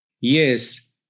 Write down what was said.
Yes